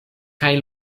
kaj